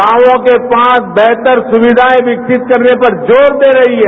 गांवों के पास बेहतर सुविधा सुनिश्चित करने पर जोर दे रही है